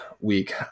week